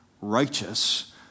righteous